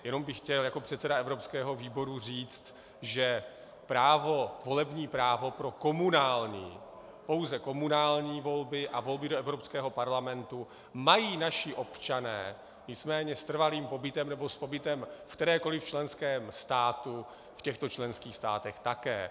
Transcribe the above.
Jenom bych chtěl jako předseda evropského výboru říct, že právo, volební právo pro komunální, pouze komunální volby a volby do Evropského parlamentu mají naši občané, nicméně s trvalým pobytem nebo s pobytem v kterémkoli členském státu v těchto členských státech také.